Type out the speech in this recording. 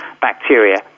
bacteria